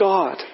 God